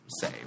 say